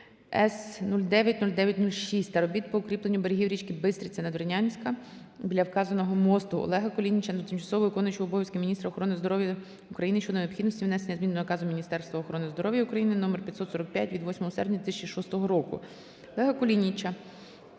С 090906 та робіт по укріпленню берегів річки Бистриця Надвірнянська біля вказаного мосту. Олега Кулініча до тимчасово виконуючої обов'язки міністра охорони здоров'я України щодо необхідності внесення змін до наказу Міністерства охорони здоров’я України № 545 від 8 серпня 2006 року. Олега Кулініча